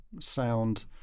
sound